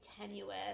tenuous